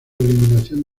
eliminación